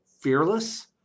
fearless